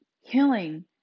healing